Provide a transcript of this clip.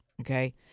okay